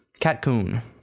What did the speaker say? Catcoon